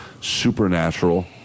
supernatural